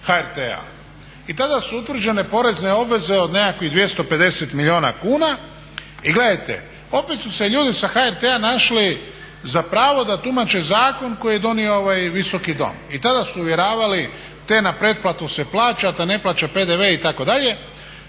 HRT-a. I tada su utvrđene porezne obveze od nekakvih 250 milijuna kuna. I gledajte, opet su se ljudi sa HRT-a našli za pravo da tumače zakon koji je donio ovaj Visoki dom. I tada su uvjeravali te na pretplatu se plaća, te ne plaća PDV itd..